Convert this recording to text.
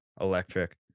electric